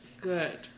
Good